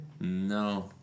No